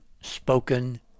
spoken